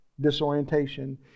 disorientation